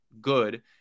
good